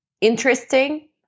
interesting